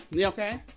okay